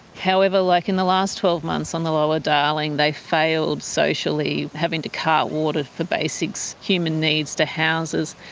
however like in the last twelve months on the lower darling they failed socially, having to cart water for basic so human needs to houses,